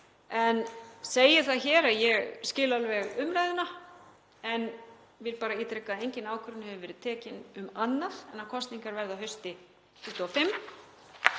Ég segi það hér að ég skil alveg umræðuna en vil bara ítreka að engin ákvörðun hefur verið tekin um annað en að kosningar verði að hausti 2025.